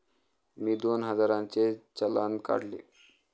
मी दोन हजारांचे चलान काढले